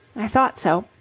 i thought so.